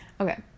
Okay